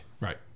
Right